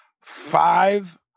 five